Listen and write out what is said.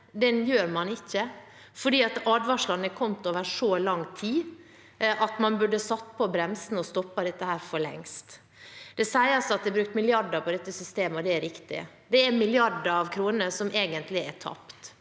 Det gjør man ikke, for advarslene er kommet over så lang tid at man burde satt på bremsene og stoppet dette for lengst. Det sies at det er brukt milliarder på dette systemet, og det er riktig. Det er milliarder av kroner som egentlig er tapt.